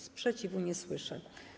Sprzeciwu nie słyszę.